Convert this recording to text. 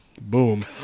boom